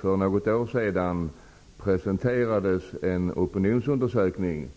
För något år sedan presenterades en opinionsundersökning